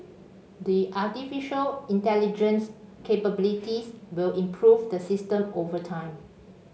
the artificial intelligence capabilities will improve the system over time